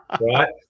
right